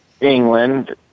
England